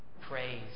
Praise